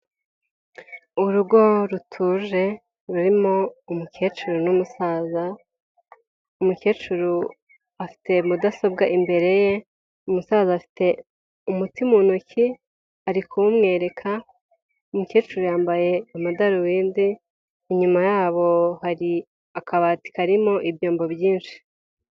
Urugo rutuje rurimo umukecuru n'umusaza, umukecuru afite mudasobwa imbere ye, umusaza afite umuti mu ntoki arikuwumwereka, umukecuru yambaye amadarubindi, inyuma yabo hari akabati karimo ibyombo byinshi.